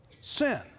sin